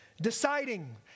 deciding